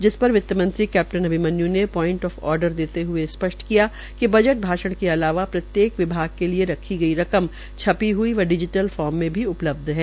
जिस पर वित्तमंत्री ने कैप्टन अभिमन्यू ने प्वाइंट आफ आर्डर देते हुए स्पष्ट किया कि बजट भाषण के अलावा प्रत्येक विभाग के लिए रखी गई रकम छपी हुई व डिजीटल फोर्म मे भी उपलब्ध है